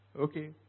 Okay